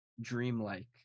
dreamlike